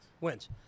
wins